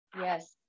Yes